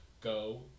go